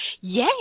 Yay